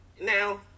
Now